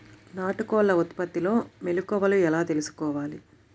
నాటుకోళ్ల ఉత్పత్తిలో మెలుకువలు ఎలా తెలుసుకోవాలి?